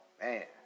Man